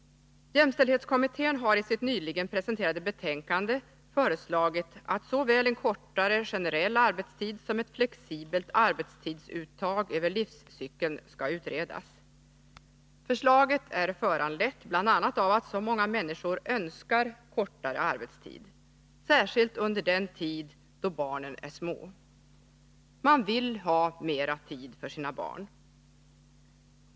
Jämställdhetskommittén har i sitt nyligen presenterade betänkande föreslagit att såväl en kortare generell arbetstid som ett flexibelt arbetstidsuttag över livscykeln skall utredas. Förslaget är föranlett bl.a. av att så många människor önskar kortare arbetstid, särskilt under den tid då barnen är små. Man vill ha mera tid för sina barn.